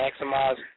maximize